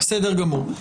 בסדר גמור.